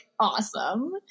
Awesome